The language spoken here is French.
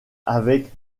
avec